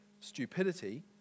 stupidity